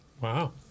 Wow